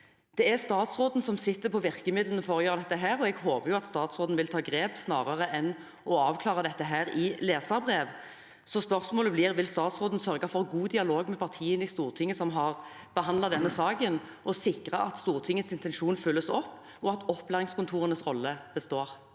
Det er statsråden som sitter på virkemidlene for å gjøre dette, og jeg håper at statsråden vil ta grep snarere enn å avklare dette i leserbrev. Så spørsmålet blir: Vil statsråden sørge for god dialog med partiene i Stortinget som har behandlet denne saken, og sikre at Stortingets intensjon følges opp og opplæringskontorenes rolle består?